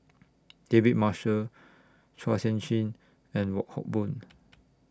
David Marshall Chua Sian Chin and Wong Hock Boon